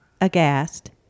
aghast